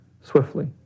swiftly